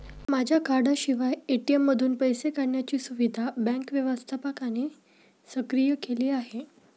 माझ्या कार्डाशिवाय ए.टी.एम मधून पैसे काढण्याची सुविधा बँक व्यवस्थापकाने सक्रिय केली आहे